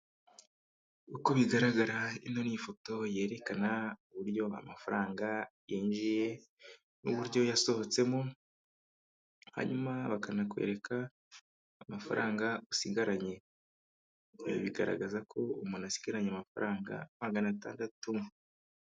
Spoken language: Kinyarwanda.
Uko bigaragara ni ifoto yerekana uburyo amafaranga yinjiye n'uburyo yasohotsemo, hanyuma bakanakwereka amafaranga usigaranye bigaragaza ko umuntu asigaranye amafaranga magana atandatu.